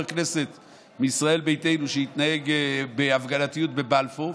כנסת מישראל ביתנו שהתנהג בהפגנתיות בבלפור,